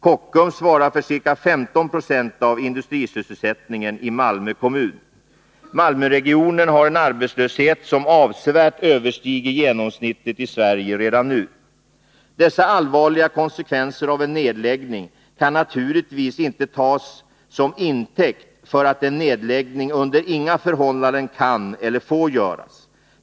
Kockums svarar för ca 15 96 av industrisysselsättningen i Malmö kommun. Malmöregionen har en arbetslöshet som avsevärt överstiger genomsnittet i Sverige redan nu. Dessa allvarliga konsekvenser av en nedläggning kan naturligtvis inte tas som intäkt för att en nedläggning under inga förhållanden kan eller får göras.